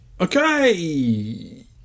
Okay